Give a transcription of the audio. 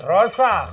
Rosa